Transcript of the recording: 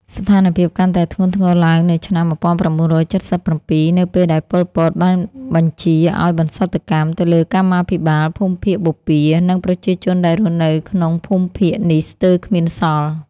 ស្ថានភាពកាន់តែធ្ងន់ធ្ងរឡើងនៅឆ្នាំ ១៩៧៧ នៅពេលដែល ប៉ុល ពត បានបញ្ជាឱ្យបន្សុទ្ធកម្មទៅលើកម្មាភិបាលភូមិភាគបូព៌ា និងប្រជាជនដែលរស់នៅក្នុងភូមិភាគនេះស្ទើរគ្មានសល់។